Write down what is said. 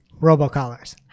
robocallers